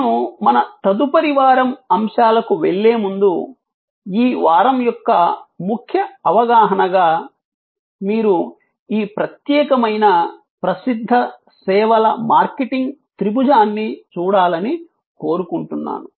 నేను మన తదుపరి వారం అంశాలకు వెళ్లేముందు ఈ వారం యొక్క ముఖ్య అవగాహనగా మీరు ఈ ప్రత్యేకమైన ప్రసిద్ధ సేవల మార్కెటింగ్ త్రిభుజాన్ని చూడాలని కోరుకుంటున్నాను